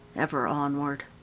ever onward.